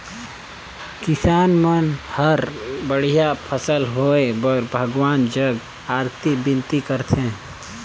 किसान मन हर बड़िया फसल होए बर भगवान जग अरती बिनती करथे